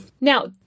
Now